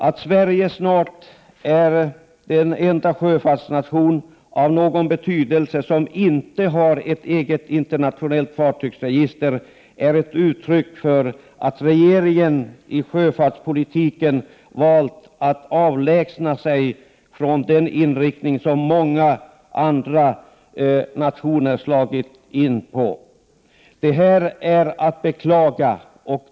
Att Sverige snart är den enda sjöfartsnation av någon betydelse som inte har ett eget internationellt fartygsregister är ett uttryck för att regeringen i sjöfartspolitiken valt att avlägsna sig från den inriktning som man under senare år har slagit in på i många andra länder. Detta är att beklaga.